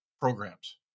programs